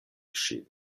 ŝin